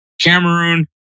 Cameroon